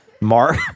Mark